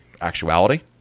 actuality